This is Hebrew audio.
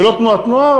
זה לא תנועת נוער,